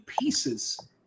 pieces